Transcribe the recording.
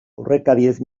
aurrekariez